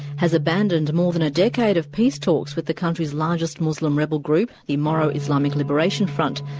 has abandoned more than decade of peace talks with the country's largest muslim rebel group, the moro islamic liberation front.